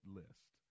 list